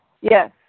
Yes